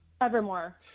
Evermore